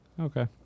Okay